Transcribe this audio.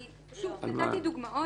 שוב, נתתי דוגמאות.